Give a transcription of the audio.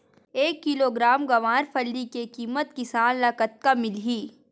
एक किलोग्राम गवारफली के किमत किसान ल कतका मिलही?